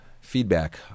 feedback